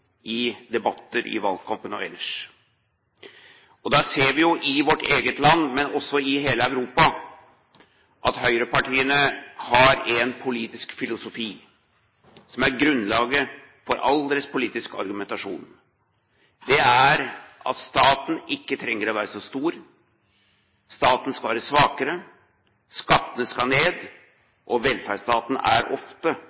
i debatter, i valgkampen og ellers. Da ser vi i vårt eget land, men også i hele Europa, at høyrepartiene har en politisk filosofi som er grunnlaget for hele deres politiske argumentasjon. Det er at staten ikke trenger å være så stor, staten skal være svakere, skattene skal